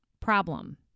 problem